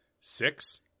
six